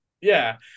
yeah